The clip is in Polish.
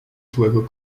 złego